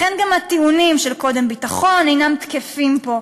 לכן גם הטיעונים של "קודם ביטחון" אינם תקפים פה,